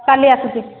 କାଲି ଆସୁଛି